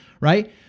right